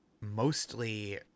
mostly